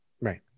right